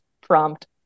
prompt